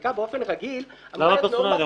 חקיקה באופן רגיל אמורה להיות --- למה פרסונלית?